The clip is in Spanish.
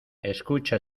escucha